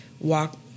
walk